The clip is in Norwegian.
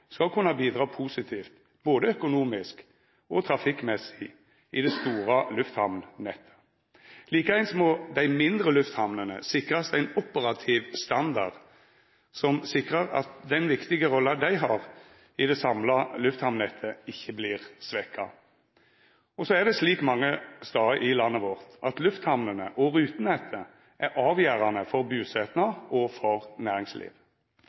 skal kunna bidra positivt både økonomisk og trafikkmessig i det store lufthamnnettet. Likeeins må dei mindre lufthamnene sikrast ein operativ standard som sikrar at den viktige rolla dei har i det samla lufthamnnettet, ikkje vert svekt. Så er det slik mange stader i landet vårt at lufthamnene og rutenettet er avgjerande for busetnad og for næringsliv.